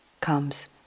comes